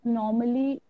normally